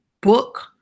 book